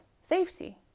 safety